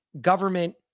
government